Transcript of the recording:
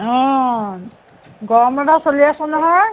অ' গৰম বন্ধ চলি আছে নহয়